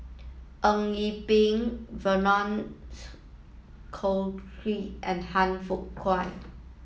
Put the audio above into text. Eng Yee Peng Vernon Cornelius and Han Fook Kwang